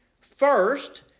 first